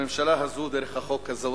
הממשלה הזו, דרך החוק הזה,